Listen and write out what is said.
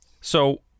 So-